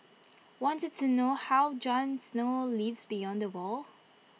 want to know how Jon snow lives beyond the wall